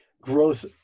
growth